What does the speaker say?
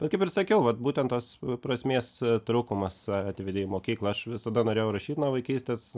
nu kaip ir sakiau vat būtent tos prasmės trūkumas atvedė į mokyklą aš visada norėjau rašyt nuo vaikystės